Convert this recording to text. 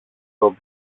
τον